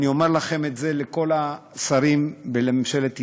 אני אומר לכם את זה, לכל השרים ולממשלת ישראל,